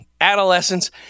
adolescence